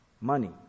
money